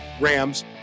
Rams